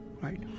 Right